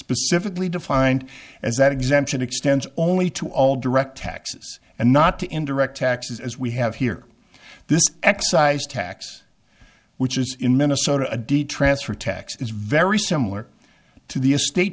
specifically defined as that exemption extends only to all direct taxes and not to indirect taxes as we have here this excise tax which is in minnesota a d transfer tax is very similar to the estate